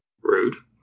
Rude